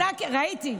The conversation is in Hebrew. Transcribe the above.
ראיתי.